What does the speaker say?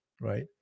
right